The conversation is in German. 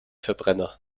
verbrenner